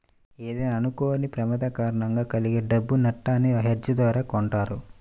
ఏదైనా అనుకోని ప్రమాదం కారణంగా కలిగే డబ్బు నట్టాన్ని హెడ్జ్ ద్వారా కొంటారు